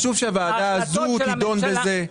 חשוב שהוועדה הזו תידון בזה.